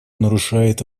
нарушает